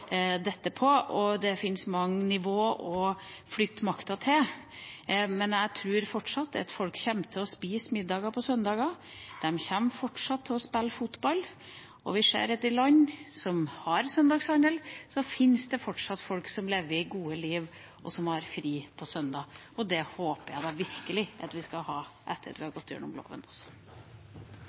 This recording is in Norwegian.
dette på, og det fins mange nivåer å flytte makten til. Men folk kommer fortsatt til å spise middag på søndager, de kommer fortsatt til å spille fotball. Vi ser at i land som har søndagshandel, fins det fortsatt folk som lever gode liv og har fri på søndag. Og det håper jeg virkelig vi skal ha etter at vi har gått igjennom loven også.